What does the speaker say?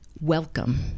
Welcome